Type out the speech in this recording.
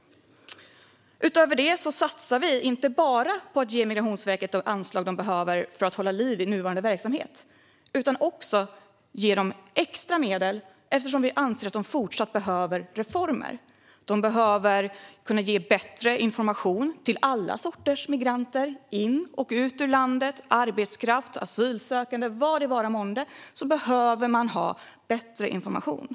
Utöver detta satsar vi inte bara på att ge Migrationsverket de anslag som de behöver för att hålla liv i nuvarande verksamhet utan också på att ge dem extra medel, eftersom vi anser att de fortsatt behöver reformer. De behöver kunna ge bättre information till alla sorters migranter in i och ut ur landet. Arbetskraft, asylsökande och så vidare behöver ha bättre information.